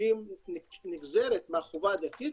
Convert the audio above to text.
שהיא נגזרת מהחובה הדתית,